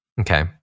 okay